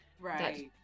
right